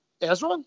Ezra